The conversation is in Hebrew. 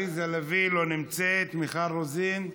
עליזה לביא, לא נמצאת, מיכל רוזין,